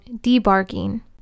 debarking